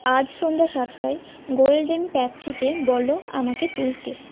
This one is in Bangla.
আজ সন্ধ্যা সাতটায় গোল্ডেন ট্যাক্সিকে বলো আমাকে তুলতে